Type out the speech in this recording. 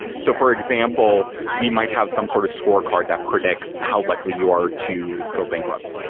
so for example, we might have some sort of scorecard that predicts how likely you are to go bankrupt.